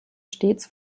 stets